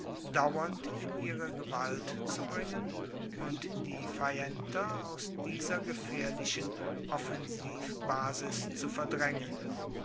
dauernd in ihre gewalt zu bringen und die veienter aus dieser gefaehrlichen offensivbasis zu verdraengen